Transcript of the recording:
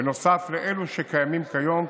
נוסף לאלו שקיימים כיום,